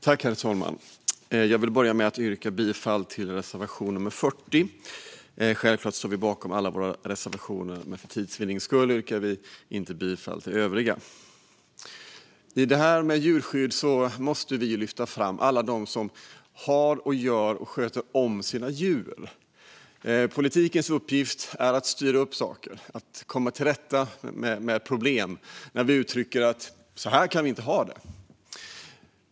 Herr talman! Jag vill börja med att yrka bifall till reservation 40. Självklart står vi bakom alla våra reservationer, men för tids vinnande yrkar jag inte bifall till övriga reservationer. När det gäller djurskydd måste vi lyfta fram alla som har djur och sköter om sina djur. Politikens uppgift är att styra upp saker och att komma till rätta med problem när vi uttrycker: Så här kan vi inte ha det!